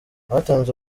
batanze